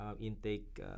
intake